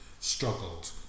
struggled